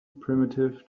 primitive